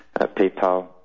paypal